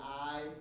eyes